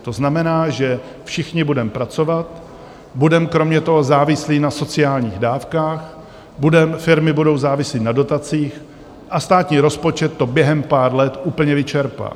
To znamená, že všichni budeme pracovat, budeme kromě toho závislí na sociálních dávkách, firmy budou závislé na dotacích a státní rozpočet to během pár let úplně vyčerpá.